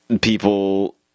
people